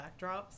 backdrops